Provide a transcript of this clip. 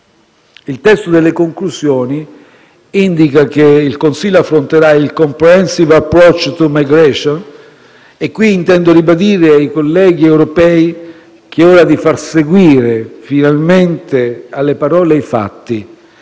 Il testo delle conclusioni indica che il Consiglio affronterà il *comprehensive approach to migration*. In questa sede intendo ribadire ai colleghi europei che è ora di far seguire finalmente alle parole i fatti